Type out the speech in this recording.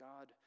God